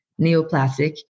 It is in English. neoplastic